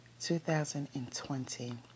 2020